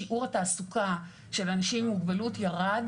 שיעור התעסוקה של אנשים עם מוגבלות ירד